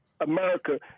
America